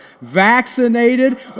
vaccinated